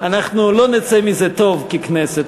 אנחנו לא נצא מזה טוב ככנסת.